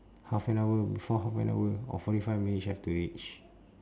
half an hour before half an hour or forty five minutes you have to reach